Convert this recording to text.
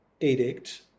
edict